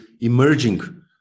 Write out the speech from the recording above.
emerging